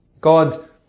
God